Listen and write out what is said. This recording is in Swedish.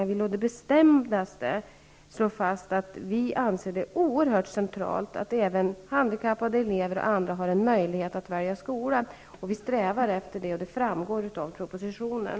Jag vill å det bestämdaste slå fast att vi anser det oerhört centralt att även handikappade elever osv. har en möjlighet att välja skola. Vi strävar efter det, och det framgår av propositionen.